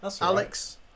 Alex